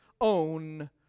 own